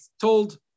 told